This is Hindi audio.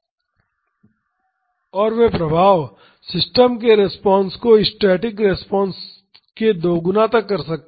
और वे प्रभाव सिस्टम के रिस्पांस को स्टैटिक रिस्पांस के दोगुना तक कर सकते हैं